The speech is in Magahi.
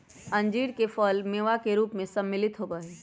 अंजीर के फल मेवा के रूप में सम्मिलित होबा हई